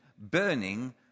burning